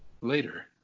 later